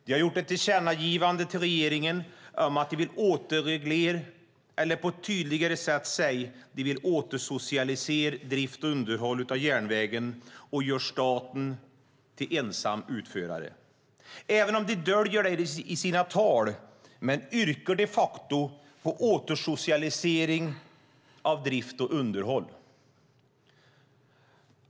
De har gjort ett tillkännagivande till regeringen om att de vill återreglera - eller, tydligare uttryckt, återsocialisera - drift och underhåll av järnvägen och göra staten till ensam utförare. De döljer detta i sina tal, men de yrkar de facto på återsocialisering av drift och underhåll.